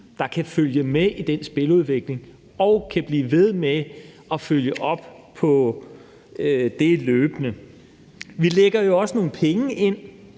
der kan følge med i den spiludvikling og kan blive ved med at følge op på den løbende. Vi lægger jo også nogle penge i